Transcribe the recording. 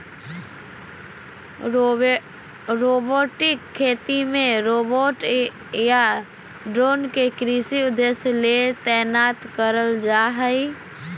robotic खेती मे robot या ड्रोन के कृषि उद्देश्य ले तैनात करल जा हई